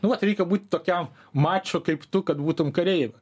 nu vat reikia būt tokiam mačo kaip tu kad būtum kareiviu